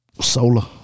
Solar